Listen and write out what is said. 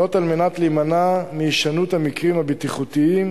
זאת, על מנת להימנע מהישנות המקרים הבטיחותיים,